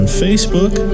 facebook